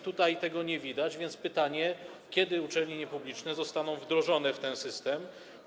Tutaj tego nie widać, a więc jest pytanie: Kiedy uczelnie niepubliczne zostaną wdrożone w ten system?